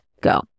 go